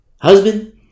Husband